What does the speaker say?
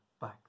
back